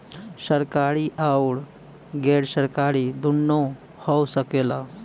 सरकारी आउर गैर सरकारी दुन्नो हो सकेला